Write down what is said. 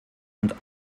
und